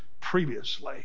previously